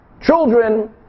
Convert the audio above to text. children